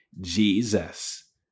Jesus